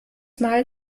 mal